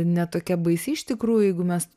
ne tokia baisi iš tikrųjų jeigu mes